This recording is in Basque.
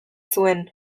zuen